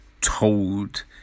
told